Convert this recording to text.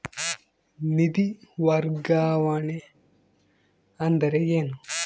ನಿಧಿ ವರ್ಗಾವಣೆ ಅಂದರೆ ಏನು?